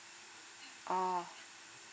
oh